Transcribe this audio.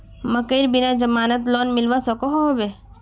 मकईर बिना जमानत लोन मिलवा सकोहो होबे?